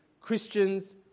Christians